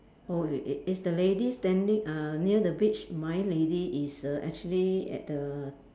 oh it it is the lady standing uh near the beach my lady is err actually at the